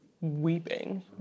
weeping